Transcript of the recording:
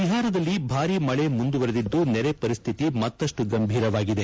ಬಿಹಾರದಲ್ಲಿ ಭಾರೀ ಮಳೆ ಮುಂದುವರಿದಿದ್ದು ನೆರೆ ಪರಿಸ್ಥಿತಿ ಮತ್ತಷ್ಟು ಗಂಭೀರವಾಗಿದೆ